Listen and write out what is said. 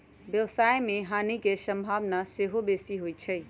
व्यवसाय में हानि के संभावना सेहो बेशी होइ छइ